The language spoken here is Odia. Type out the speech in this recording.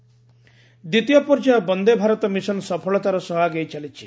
ବନ୍ଦେ ଭାରତ ମିଶନ୍ ଦ୍ୱିତୀୟ ପର୍ଯ୍ୟାୟ ବନ୍ଦେ ଭାରତ ମିଶନ୍ ସଫଳତାର ସହ ଆଗେଇ ଚାଲିଛି